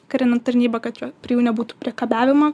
karinę tarnybą kad prie jų nebūtų priekabiavimo